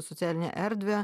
socialinę erdvę